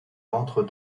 rentre